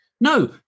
No